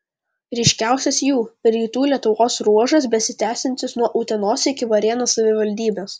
ryškiausias jų rytų lietuvos ruožas besitęsiantis nuo utenos iki varėnos savivaldybės